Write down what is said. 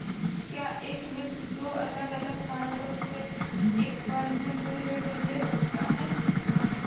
क्या एक व्यक्ति दो अलग अलग कारणों से एक बार में दो ऋण ले सकता है?